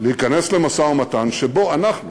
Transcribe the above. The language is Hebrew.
להיכנס למשא-ומתן שבו, אנחנו אומרים,